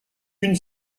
une